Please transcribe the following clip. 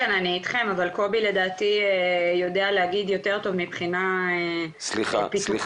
קובי לדעתי יודע להגיד יותר טוב מבחינה פיתוחית.